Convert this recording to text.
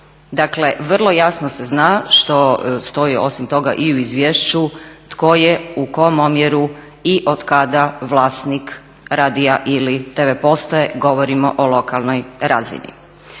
Dakle, vrlo jasno se zna što stoji osim toga i u izvješću tko je u kojem omjeru i otkada vlasnik radija ili tv postaje, govorimo o lokalnoj razini.